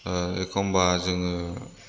एखनबा जोङो